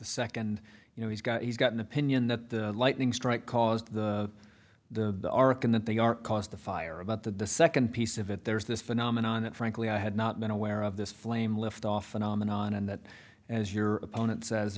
second you know he's got he's got an opinion that the lightning strike caused the arc and that they are caused the fire about that the second piece of it there's this phenomenon that frankly i had not been aware of this flame lift off phenomenon and that as your opponent says or